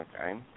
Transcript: Okay